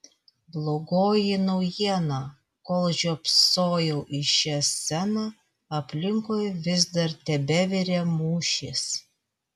blogoji naujiena kol žiopsojau į šią sceną aplinkui vis dar tebevirė mūšis